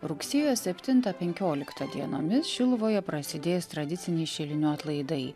rugsėjo septintą penkioliktą dienomis šiluvoje prasidės tradiciniai šilinių atlaidai